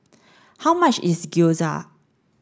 how much is Gyoza